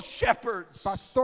shepherds